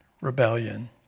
rebellion